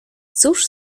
cóż